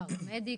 פראמדיק,